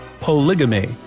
Polygamy